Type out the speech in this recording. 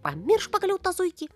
pamiršk pagaliau tą zuikį